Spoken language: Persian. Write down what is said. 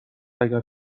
اگر